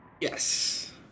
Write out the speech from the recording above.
Yes